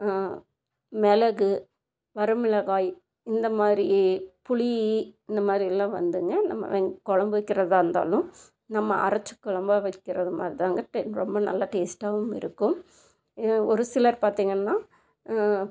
மிளகு வரமிளகாய் இந்தமாதிரி புளி இந்தமாதிரியெல்லாம் வந்துங்க நம்ம வெங் குழம்பு வைக்கிறதா இருந்தாலும் நம்ம அரைச்சு குழம்பா வைக்கிறது மாதிரி தாங்க டே ரொம்ப நல்லா டேஸ்ட்டாகவும் இருக்கும் ஒரு சிலர் பார்த்தீங்கன்னா